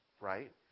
right